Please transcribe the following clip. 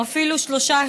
או אפילו שלושה,